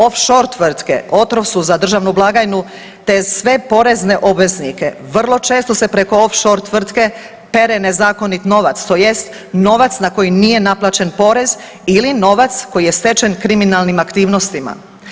Off-shore tvrtke otrov su za državnu blagajnu te sve porezne obveznike, vrlo često se preko off-shore tvrtke pere nezakonit novac, tj. novac na koji nije naplaćen porez ili novac koji je stečen kriminalnim aktivnostima.